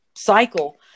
cycle